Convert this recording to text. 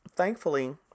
Thankfully